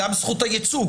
גם זכות הייצוג.